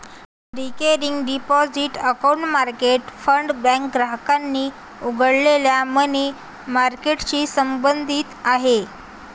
recurring deposit account market fund bank ग्राहकांनी उघडलेल्या money मार्केटशी संबंधित आहे